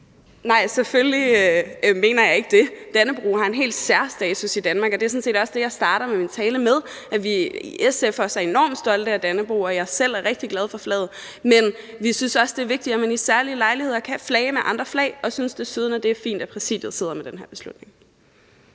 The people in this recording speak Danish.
Nej, selvfølgelig mener jeg ikke det. Dannebrog har særstatus i Danmark, og det var sådan set også det, jeg startede min tale med, nemlig at vi i SF også er enormt stolte af Dannebrog, og at jeg selv er rigtig glad for flaget. Men vi synes også, det er vigtigt, at man ved særlige lejligheder kan flage med andre flag, og vi synes desuden, at det er fint, at Præsidiet sidder med den her beslutning.